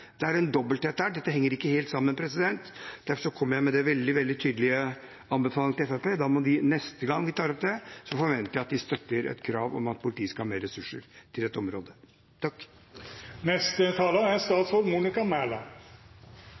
dobbelthet her. Dette henger ikke helt sammen. Derfor kommer jeg med denne veldig, veldig tydelige anbefalingen til Fremskrittspartiet: Neste gang vi tar opp dette, forventer jeg at de støtter et krav om at politiet skal ha mer ressurser til